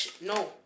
No